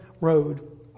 road